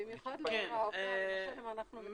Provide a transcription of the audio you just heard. במיוחד לאור העובדה שאנחנו מדברים על אלימות נגד נשים --- כן.